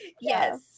yes